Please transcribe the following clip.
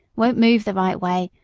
won't move the right way,